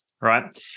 right